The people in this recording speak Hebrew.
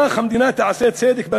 כך המדינה תעשה צדק.